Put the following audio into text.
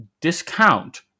discount